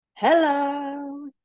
Hello